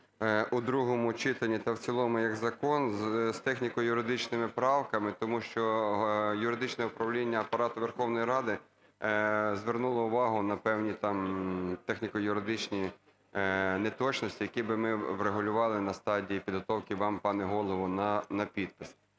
у другому читання та в цілому як закон з техніко-юридичними правками, тому що юридичне управління Апарату Верховної Ради звернуло увагу на певні там техніко-юридичні неточності, які би ми врегулювали на стадії підготовки вам, пане Голово, на підпис.